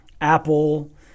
Apple